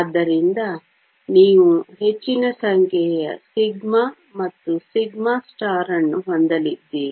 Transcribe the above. ಆದ್ದರಿಂದ ನೀವು ಹೆಚ್ಚಿನ ಸಂಖ್ಯೆಯ σ ಮತ್ತು σಅನ್ನು ಹೊಂದಲಿದ್ದೀರಿ